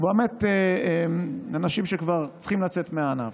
שהוא באמת לאנשים שכבר צריכים לצאת מהענף.